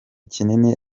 kinini